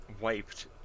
wiped